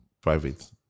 private